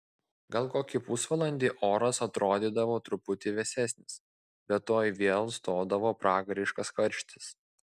gal kokį pusvalandį oras atrodydavo truputį vėsesnis bet tuoj vėl stodavo pragariškas karštis